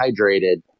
hydrated